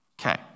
Okay